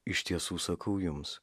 iš tiesų sakau jums